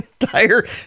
Entire